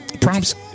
prompts